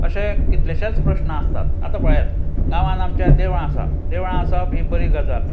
अशें कितलेशेच प्रस्न आसतात आतां पळयात गांवान आमच्या देवळां आसा देवळां आसप ही बरी गजाल